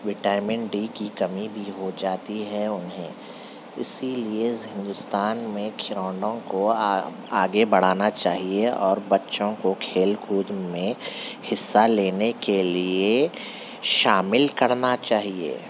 vitamin D کی کمی بھی ہو جاتی ہے اُنہیں اِسی لیے ہندوستان میں کو آ آگے بڑھانا چاہیے اور بچوں کو کھیل کود میں حصّہ لینے کے لیے شامل کرنا چاہیے